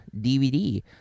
DVD